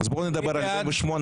אז בוא נדבר על שעות,